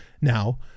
now